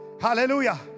Hallelujah